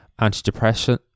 antidepressant